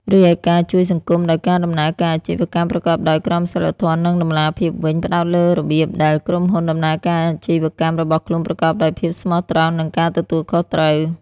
រីឯការជួយសង្គមដោយការដំណើរការអាជីវកម្មប្រកបដោយក្រមសីលធម៌ និងតម្លាភាពវិញ ផ្តោតលើរបៀបដែលក្រុមហ៊ុនដំណើរការអាជីវកម្មរបស់ខ្លួនប្រកបដោយភាពស្មោះត្រង់ និងការទទួលខុសត្រូវ។